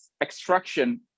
extraction